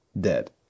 dead